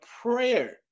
prayer